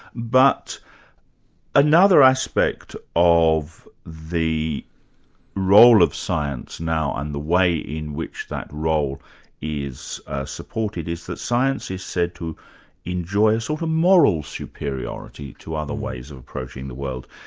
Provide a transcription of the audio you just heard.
but another aspect of the role of science now, and the way in which that role is supported, is that science is said to enjoy a sort of moral superiority to other ways of approaching the world.